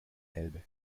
elbe